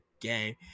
game